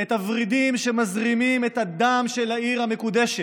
את הוורידים שמזרימים את הדם של העיר המקודשת,